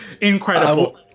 Incredible